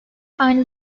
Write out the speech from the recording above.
aynı